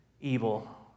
evil